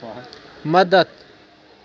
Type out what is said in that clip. مدد